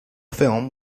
film